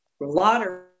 lottery